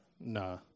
Nah